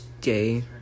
day